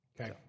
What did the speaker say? Okay